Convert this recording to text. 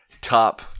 top